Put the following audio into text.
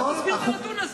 איך תסביר את הנתון הזה?